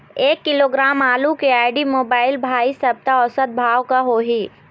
एक किलोग्राम आलू के आईडी, मोबाइल, भाई सप्ता औसत भाव का होही?